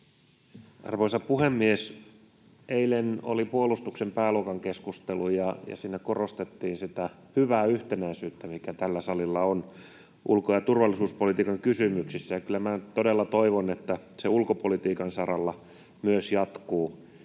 Arvoisa puhemies! Eilen oli puolustuksen pääluokan keskusteluja, ja niissä korostettiin sitä hyvää yhtenäisyyttä, mikä tällä salilla on ulko- ja turvallisuuspolitiikan kysymyksissä, ja kyllä minä todella toivon, että se ulkopolitiikan saralla myös jatkuu.